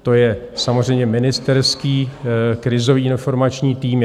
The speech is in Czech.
To je samozřejmě ministerský Krizový informační tým.